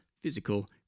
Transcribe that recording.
physical